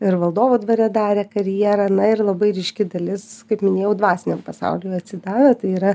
ir valdovo dvare darė karjerą na ir labai ryški dalis kaip minėjau dvasiniam pasauliui atsidavę tai yra